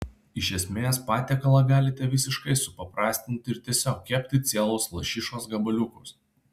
iš esmės patiekalą galite visiškai supaprastinti ir tiesiog kepti cielus lašišos gabaliukus